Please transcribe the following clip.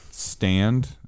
stand